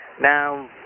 now